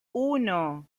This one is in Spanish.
uno